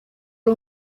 ari